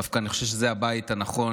אני דווקא חושב שזה הבית הנכון,